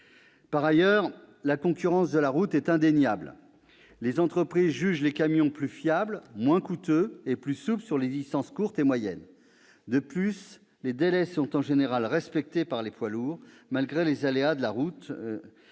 Par ailleurs, la concurrence de la route est indéniable. Les entreprises jugent les camions plus fiables, moins coûteux et plus souples sur les distances courtes et moyennes. De plus, les délais sont en général respectés par les poids lourds, malgré les aléas de la route.